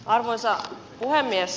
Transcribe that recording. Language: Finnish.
arvoisa puhemies